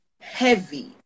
heavy